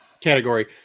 category